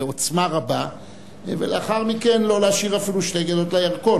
בעוצמה רבה ולאחר מכן לא לשיר אפילו "שתי גדות לירקון".